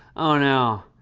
oh, no,